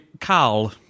Carl